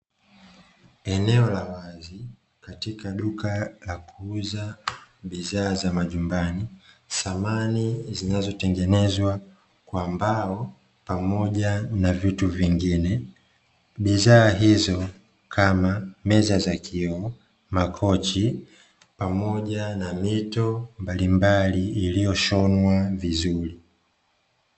Eneo la wazi katika duka la kuuza bidhaa za majumbani, samani zinazotengenezwa kwa mbao pamoja na vitu vingine, bidhaa hizo kama: meza za kioo, makochi pamoja na mito mbalimbali iliyoshonwa vizuri.